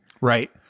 Right